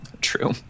True